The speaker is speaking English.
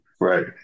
Right